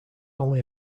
only